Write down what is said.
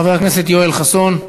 חבר הכנסת יואל חסון,